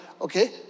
Okay